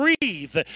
breathe